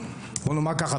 בואי נאמר ככה,